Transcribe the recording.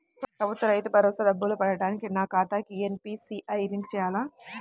ప్రభుత్వ రైతు భరోసా డబ్బులు పడటానికి నా ఖాతాకి ఎన్.పీ.సి.ఐ లింక్ చేయాలా?